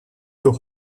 für